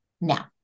now